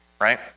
Right